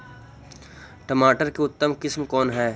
टमाटर के उतम किस्म कौन है?